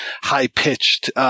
high-pitched